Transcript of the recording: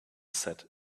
set